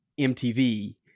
MTV